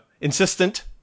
insistent